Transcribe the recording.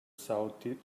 southeast